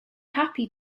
happy